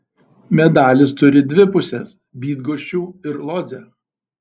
medalis turi dvi pusės bydgoščių ir lodzę